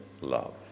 love